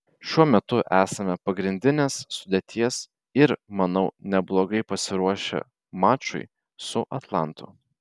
šiuo metu esame pagrindinės sudėties ir manau neblogai pasiruošę mačui su atlantu